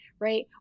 right